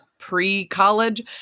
pre-college